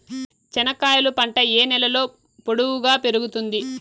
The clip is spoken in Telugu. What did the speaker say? చెనక్కాయలు పంట ఏ నేలలో పొడువుగా పెరుగుతుంది?